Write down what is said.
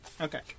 Okay